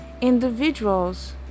Individuals